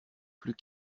plus